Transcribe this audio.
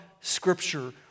Scripture